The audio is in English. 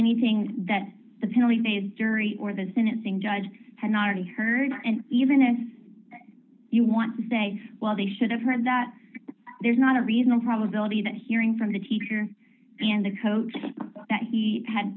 anything that the penalty phase jury or the sentencing judge had not already heard and even if you want to say well they should have heard that there's not a reasonable probability that hearing from the teacher and the coach that he had